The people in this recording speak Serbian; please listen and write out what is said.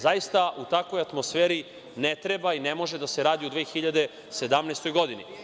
Zaista, u takvoj atmosferi ne treba i ne može da se radi u 2017. godini.